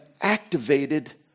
activated